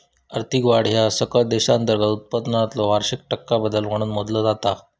आर्थिक वाढ ह्या सकल देशांतर्गत उत्पादनातलो वार्षिक टक्का बदल म्हणून मोजला जाता